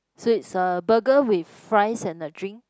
so it's a burger with fries and a drink